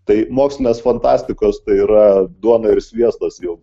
tai mokslinės fantastikos tai yra duona ir sviestas jau